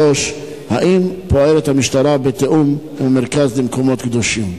3. האם המשטרה פועלת בתיאום עם המרכז למקומות קדושים?